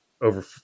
over